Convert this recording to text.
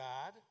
God